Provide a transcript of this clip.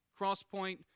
Crosspoint